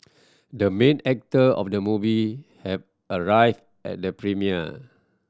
the main actor of the movie have arrived at the premiere